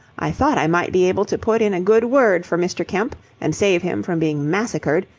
i thought i might be able to put in a good word for mr. kemp and save him from being massacred,